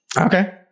Okay